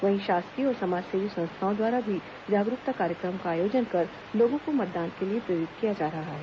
वहीं शासकीय और समाजसेवी संस्थाओं द्वारा भी जागरूकता कार्यक्रम का आयोजन कर लोगों को मतदान के लिए प्रेरित किया जा रहा है